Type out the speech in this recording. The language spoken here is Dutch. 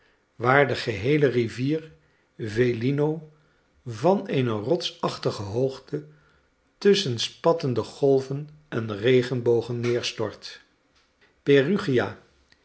waar de geheele rivier yelino van eene rotsachtige hoogte tusschen spattende golven en regenbogen neerstort perugia